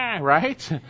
right